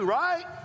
right